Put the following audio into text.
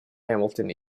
hamilton